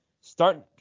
start